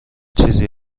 چیزی